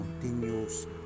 continues